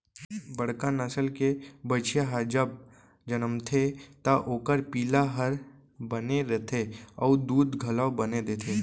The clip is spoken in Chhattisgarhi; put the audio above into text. बड़का नसल के बछिया ह जब जनमथे त ओकर पिला हर बने रथे अउ दूद घलौ बने देथे